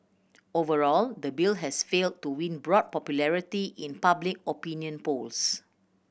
overall the bill has failed to win broad popularity in public opinion polls